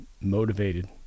motivated